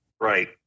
Right